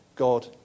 God